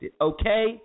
okay